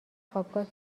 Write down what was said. خوابگاه